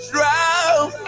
Drown